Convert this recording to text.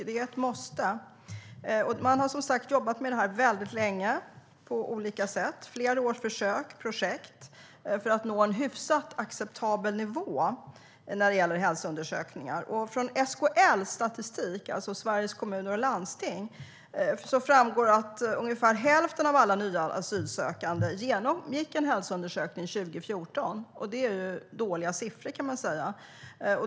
Det är ett måste. Man har som sagt jobbat med det här väldigt länge på olika sätt. Det har varit flera års försök och projekt för att nå en hyfsat acceptabel nivå när det gäller hälsoundersökningar. Av statistik från Sveriges Kommuner och Landsting, SKL, framgår att ungefär hälften av alla asylsökande genomgick en hälsoundersökning 2014. Det är dåliga siffror, kan man säga.